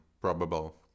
probable